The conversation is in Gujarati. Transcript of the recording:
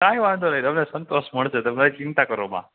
કાઈ વાંધો નઈ તમે સંતોષ મળસે તમે ચિંતા કરો મા